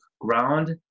ground